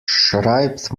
schreibt